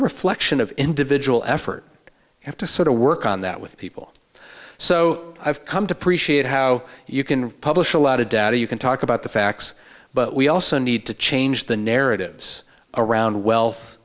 a reflection of individual effort i have to sort of work on that with people so i've come to preach it how you can publish a lot of data you can talk about the facts but we also need to change the narratives around wealth